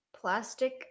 plastic